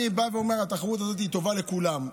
אני בא ואומר: התחרות הזאת טובה לכולם.